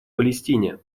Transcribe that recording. палестине